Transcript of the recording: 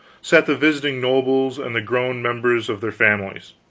sat the visiting nobles and the grown members of their families,